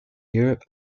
europe